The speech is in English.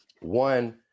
one